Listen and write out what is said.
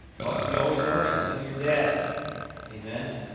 you ought to be always learning until you're dead amen,